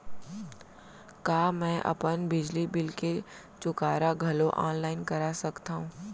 का मैं अपन बिजली बिल के चुकारा घलो ऑनलाइन करा सकथव?